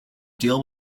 deal